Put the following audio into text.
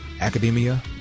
academia